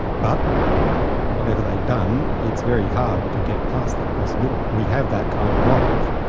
but whatever they've done, it's very hard to get past that possibility. we have that kind of knowledge,